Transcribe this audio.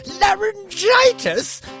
Laryngitis